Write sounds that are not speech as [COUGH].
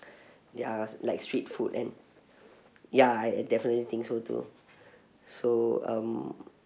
[BREATH] their s~ like street food and ya I definitely think so too [BREATH] so um